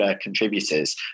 contributors